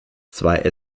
zwei